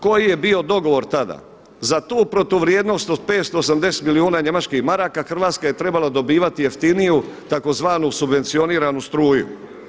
Koji je bio dogovor tada, za tu protuvrijednost od 580 milijuna njemačkih maraka Hrvatske je trebala dobivati jeftiniju tzv. subvencioniranu struju.